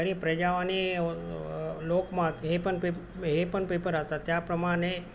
गरीब प्रजावानी लोकमत हेपण पेप हेपण पेपर राहतात त्याप्रमाणे